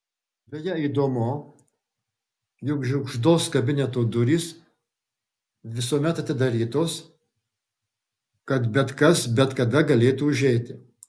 beje įdomu jog žiugždos kabineto durys visuomet atidarytos kad bet kas bet kada galėtų užeiti